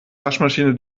waschmaschine